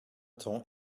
temps